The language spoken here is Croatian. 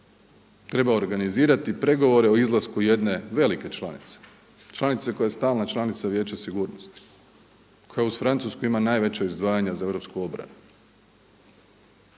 treba organizirati pregovore o izlasku jedne velike članice, članice koja je stalna članica Vijeća sigurnosti, koja uz Francusku ima najveća izdvajanja za europsku obranu.